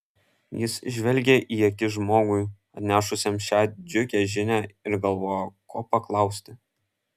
jis žvelgė į akis žmogui atnešusiam šią džiugią žinią ir galvojo ko paklausti